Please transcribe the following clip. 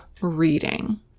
reading